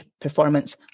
performance